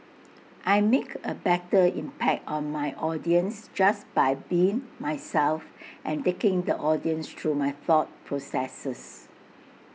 I make A better impact on my audience just by being myself and taking the audience through my thought processes